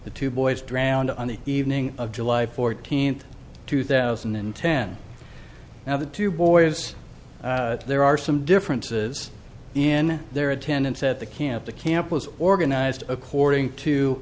the two boys drowned on the evening of july fourteenth two thousand and ten now the two boys there are some differences in their attendance at the camp the camp was organized according to